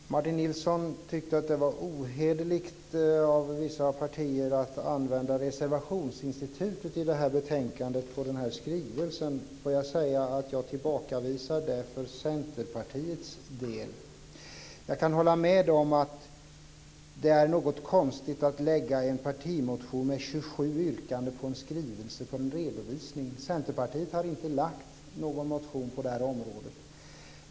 Herr talman! Martin Nilsson tyckte att det var ohederligt av vissa partier att använda reservationsinstitutet i det här betänkandet med anledning av skrivelsen. Jag vill säga att jag tillbakavisar det för Centerpartiets del. Jag kan hålla med om att det är något konstigt att lägga fram en partimotion med 27 yrkanden med anledning av en skrivelse med en redovisning. Centerpartiet har inte lagt fram någon motion på det här området.